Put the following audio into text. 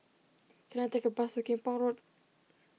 can I take a bus to Kim Pong Road